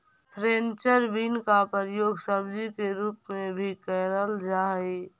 French bean का प्रयोग सब्जी के रूप में भी करल जा हई